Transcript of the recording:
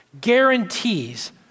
guarantees